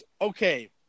Okay